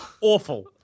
Awful